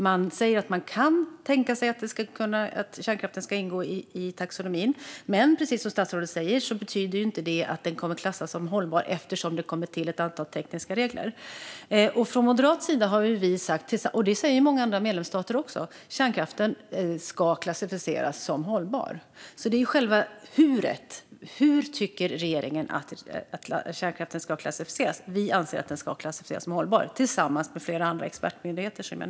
Man säger att man kan tänka sig att kärnkraften ska ingå i taxonomin, men precis som statsrådet säger betyder det inte att den kommer att klassas som hållbar eftersom det tillkommer ett antal tekniska regler. Från moderat sida säger vi - och det säger många andra medlemsstater - att kärnkraften ska klassificeras som hållbar. Frågan är hur. Hur tycker regeringen att kärnkraften ska klassificeras? Vi anser att den ska klassificeras som hållbar, tillsammans med flera andra expertmyndigheter.